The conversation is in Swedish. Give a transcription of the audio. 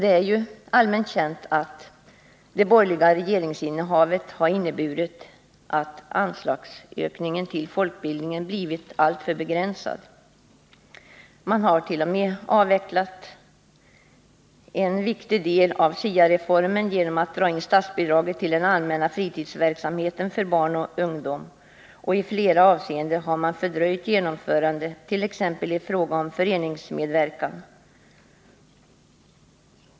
Det är allmänt känt att ökningen av anslagen till folkbildningen blivit alltför begränsad under den borgerliga regeringens tid. Man har också avvecklat en viktig del av SIA-reformen genom att dra in statsbidraget för den allmänna fritidsverksamheten för barn och ungdom, och man har fördröjt genomförandet av andra aktiviteter, t.ex. sådana där föreningsmedverkan ingått.